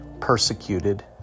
persecuted